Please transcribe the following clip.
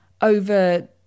over